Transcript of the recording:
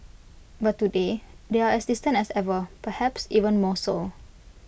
but today they are as distant as ever perhaps even more so